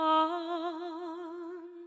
on